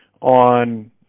on